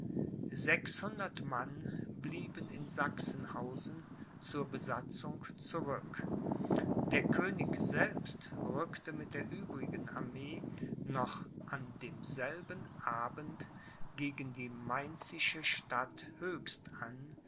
mann blieben in sachsenhausen zur besatzung zurück der könig selbst rückte mit der übrigen armee noch an demselben abend gegen die mainzische stadt höchst an